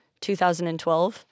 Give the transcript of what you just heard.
2012—